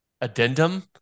addendum